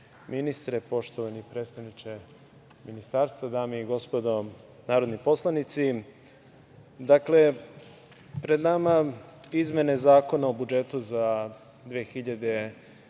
ministre, poštovani predstavniče ministarstva, dame i gospodo narodni poslanici, pred nama je izmena Zakona o budžetu za 2021.